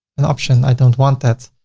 an option. i don't want that.